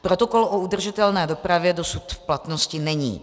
Protokol o udržitelné dopravě dosud v platnosti není.